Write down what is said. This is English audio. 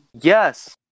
Yes